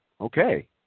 Okay